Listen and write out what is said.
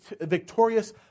victorious